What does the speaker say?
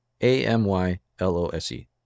A-M-Y-L-O-S-E